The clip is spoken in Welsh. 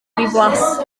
ddiflas